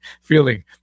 feeling